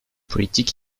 politique